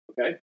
okay